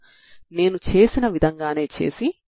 మనం ఈ సమస్యను రెండు భాగాలుగా విభజించడానికి ప్రయత్నిస్తాము